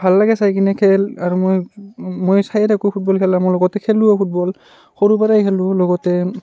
ভাল লাগে চাই কিনে খেল আৰু মই মই চায়ে থাকোঁ ফুটবল খেলা মই লগতে খেলোঁও ফুটবল সৰুৰ পৰাই খেলোঁ লগতে